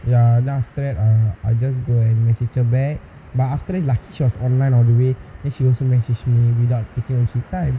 ya then after that uh I just go and message her back but after that lucky she was online all the way then she also just messaged me without taking her own sweet time